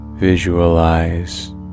Visualize